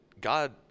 God